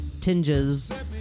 tinges